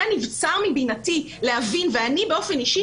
זה נבצר מבינתי להבין ואני באופן אישי